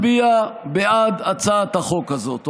ולהצביע בעד הצעת החוק הזאת.